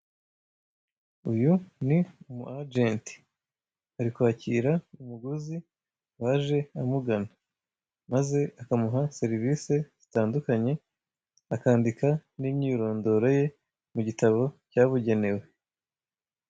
Uyu ni umwagenti, ari kwakira umuguzi waje amugana maze akamuha serivise zitandukanye akandika n'imyirondoro ye mu gitabo cyabugenewe.